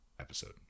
episode